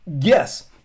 yes